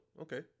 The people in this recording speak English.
okay